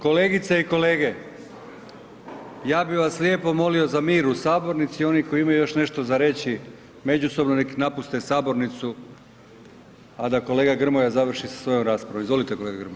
Kolegice i kolege, ja bi vas lijepo molio za mir u sabornici, oni koji imaju još nešto za reći međusobno nek napuste sabornicu, a da kolega Grmoja završi sa svojom raspravom, izvolite kolega Grmoja.